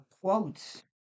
quotes